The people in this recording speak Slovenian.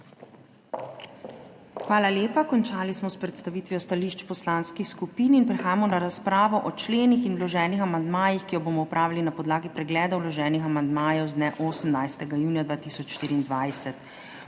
Hvala lepa. Končali smo predstavitev stališč poslanskih skupin in prehajamo na razpravo o členih in vloženih amandmajih, ki jo bomo opravili na podlagi pregleda vloženih amandmajev z dne 18. junija 2024.